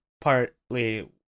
partly